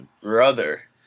brother